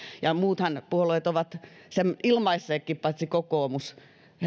ja muut puolueethan ovat sen ilmaisseetkin paitsi kokoomus